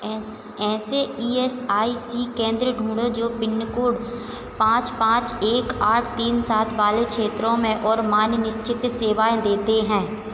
ऐस ऐसे E S I C केंद्र ढूँढें जो पिनकोड पाँच पाँच एक आठ तीन सात वाले क्षेत्रों में और मान निश्चित सेवाएँ देते हैं